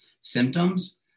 symptoms